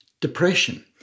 depression